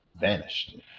Vanished